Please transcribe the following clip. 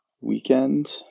weekend